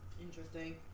Interesting